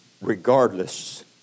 regardless